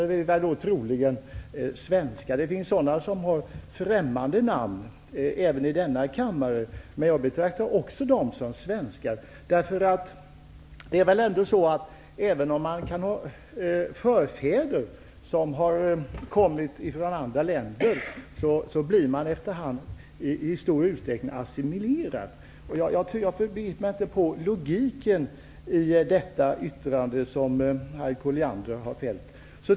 Vi är troligen svenskar. Det finns i denna kammare även de som har främmande namn. Men jag betraktar dem också som svenskar. Även om man kan ha förfäder som har kommit från andra länder, blir man efter hand i stor utsträckning assimilerad. Jag begriper mig inte på logiken i det yttrande som Harriet Colliander har fällt.